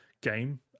game